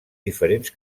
diferents